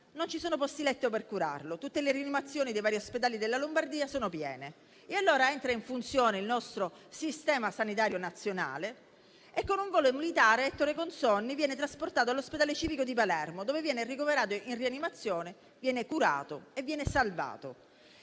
non ci sono posti letto per curarlo, perché tutte le rianimazioni dei vari ospedali sono piene; entra allora in funzione il nostro sistema sanitario nazionale e con un volo militare Ettore Consonni viene trasportato all'Ospedale Civico di Palermo, dove viene ricoverato in rianimazione, curato e salvato.